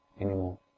anymore